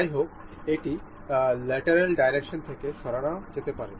যাই হোক এটি ল্যাটেরাল ডাইরেক্শন থেকে সরানো যেতে পারে